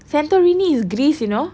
santorini is greece you know